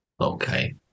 okay